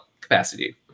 capacity